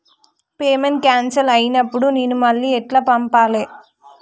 Payment cancel అయినపుడు నేను మళ్ళా ఎట్ల పంపాలే?